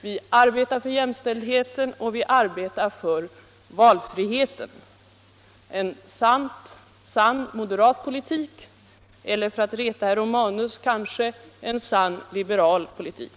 Vi arbetar för jämställdheten och vi arbetar för valfriheten — en sant moderat politik eller, för att reta herr Romanus, en sant liberal politik.